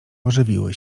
ożywiły